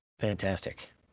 fantastic